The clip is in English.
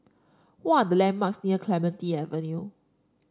what are the landmarks near Clementi Avenue